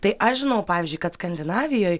tai aš žinau pavyzdžiui kad skandinavijoj